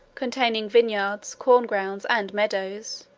containing vineyards, corn-grounds, and meadows.